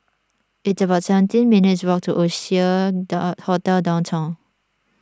it's about seventeen minutes' walk to Oasia Hotel Downtown